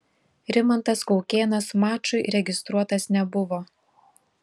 rimantas kaukėnas mačui registruotas nebuvo